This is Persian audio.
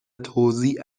توزیع